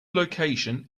location